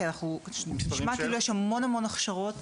כי נשמע שיש המון המון הכשרות,